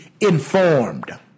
informed